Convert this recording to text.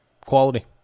quality